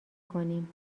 کنیم